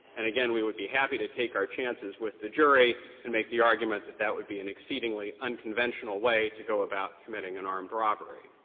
and again, we would be happy to take our chances with the jury and make the argument that that would be an exceedingly unconventional way to go about committing an armed robbery.